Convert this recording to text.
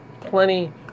plenty